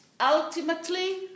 ultimately